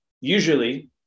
usually